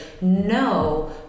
no